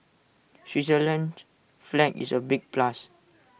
Switzerland's flag is A big plus